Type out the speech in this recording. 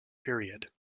period